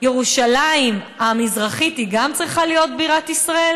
ירושלים המזרחית גם צריכה להיות בירת ישראל?